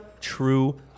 true